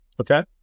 Okay